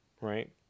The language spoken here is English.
right